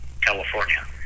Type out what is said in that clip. California